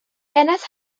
geneth